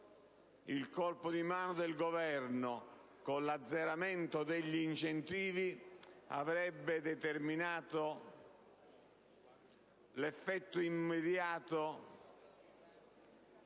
Il colpo di mano del Governo, con l'azzeramento degli incentivi, avrebbe determinato un effetto immediato